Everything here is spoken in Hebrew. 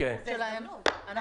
הסמכות שלהם,